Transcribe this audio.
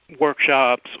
workshops